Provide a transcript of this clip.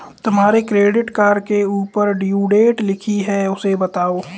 तुम्हारे credit card के ऊपर ड्यू डेट लिखी है उसे बताओ